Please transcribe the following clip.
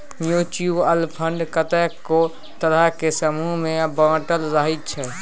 mutual fund कतेको तरहक समूह मे बाँटल रहइ छै